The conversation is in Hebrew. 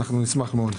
אנחנו נשמח מאוד.